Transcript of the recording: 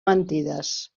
mentides